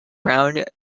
brown